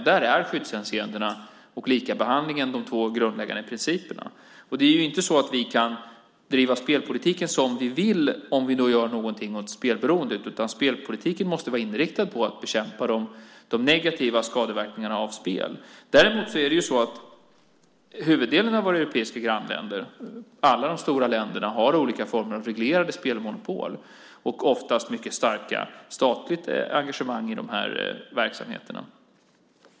Där är skyddshänseendena och likabehandlingen de två grundläggande principerna. Det är inte så att vi kan driva spelpolitiken som vi vill om vi gör något åt spelberoendet. Spelpolitiken måste vara inriktad på att bekämpa de negativa skadeverkningarna av spel. Huvuddelen av våra europeiska grannländer, alla de stora länderna, har olika former av reglerade spelmonopol och oftast mycket starkt statligt engagemang i de verksamheterna.